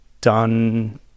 done